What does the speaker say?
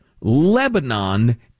Lebanon